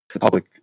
Public